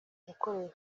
gukoresha